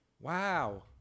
wow